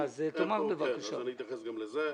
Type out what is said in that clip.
אני אתייחס גם לזה.